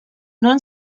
non